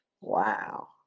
Wow